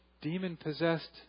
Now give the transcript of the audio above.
demon-possessed